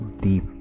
deep